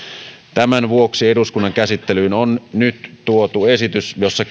tämän vuoksi eduskunnan käsittelyyn on nyt tuotu esitys jossa